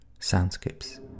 soundscapes